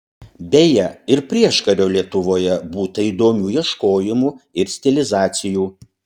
beje ir prieškario lietuvoje būta įdomių ieškojimų ir stilizacijų